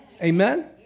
Amen